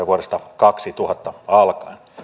vuodesta kaksituhatta alkaen